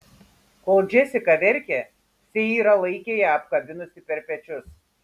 kol džesika verkė seira laikė ją apkabinusi per pečius